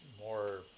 more